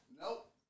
Nope